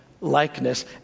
likeness